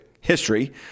history